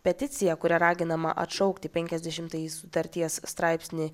peticiją kuria raginama atšaukti penkiasdešimtąjį sutarties straipsnį